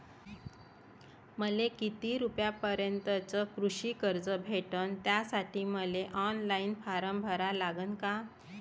मले किती रूपयापर्यंतचं कृषी कर्ज भेटन, त्यासाठी मले ऑनलाईन फारम भरा लागन का?